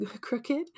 crooked